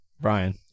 Brian